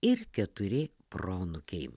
ir keturi proanūkiai